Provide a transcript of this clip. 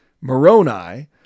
Moroni